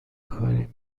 کاری